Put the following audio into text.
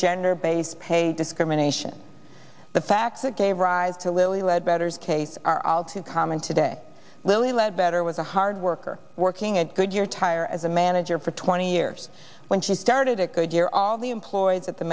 gender based pay discrimination the fact that gave rise to lilly led bettors case are all too common today lilly ledbetter was a hard worker working at goodyear tire as a manager for twenty years when she started at goodyear all the employees at the